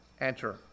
enter